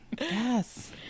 Yes